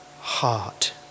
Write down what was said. heart